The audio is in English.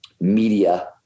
media